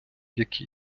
які